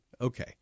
Okay